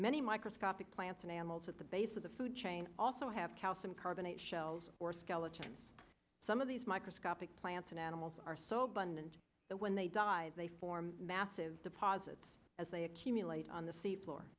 many microscopic plants and animals at the base of the food chain also have calcium carbonate shells or skeletons some of these microscopic plants and animals are so abundant that when they die they form massive deposits as they accumulate on the sea floor